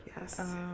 Yes